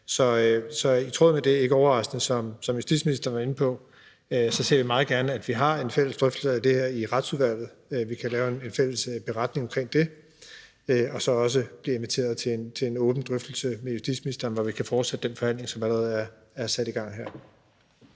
vi i tråd med det, justitsministeren var inde på, meget gerne, at vi har en fælles drøftelse af det her i Retsudvalget, og at vi kan lave en fælles beretning om det, og at vi så også bliver inviteret til en åben drøftelse med justitsministeren, hvor vi kan fortsætte den forhandling, som allerede er sat i gang her.